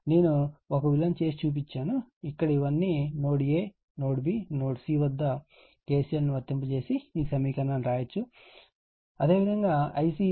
నేను ఒక విలువను చేసి చూపించాను ఇక్కడ ఇవన్నీ ఇక్కడ node A node B node C వద్ద KCL ను వర్తింపజేసీ ఈ సమీకరణాన్ని రాయవచ్చు ఈ సమీకరణాన్ని వ్రాయవచ్చు